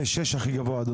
6 הכי גבוה אדוני.